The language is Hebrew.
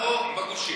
למה לא בגושים?